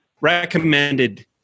recommended